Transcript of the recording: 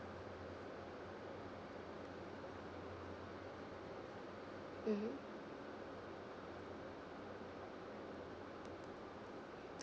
mmhmm